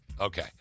Okay